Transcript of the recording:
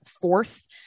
fourth